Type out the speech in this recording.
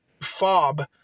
fob